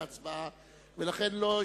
קבוצת רע"ם-תע"ל וקבוצת האיחוד הלאומי,